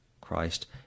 Christ